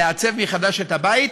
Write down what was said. לעצב מחדש את הבית,